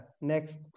Next